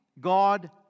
God